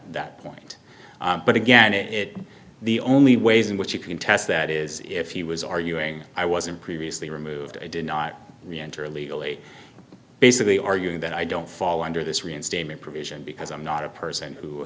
point but again it the only ways in which you can test that is if he was arguing i wasn't previously removed i did not enter illegally basically arguing that i don't fall under this reinstatement provision because i'm not a person who